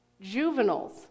juveniles